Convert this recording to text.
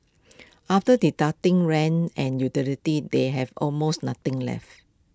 after deducting rent and utilities they have almost nothing left